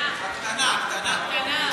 הקטנה, הקטנה.